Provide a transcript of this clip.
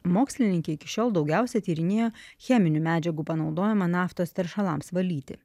mokslininkė iki šiol daugiausia tyrinėjo cheminių medžiagų panaudojimą naftos teršalams valyti